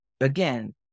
again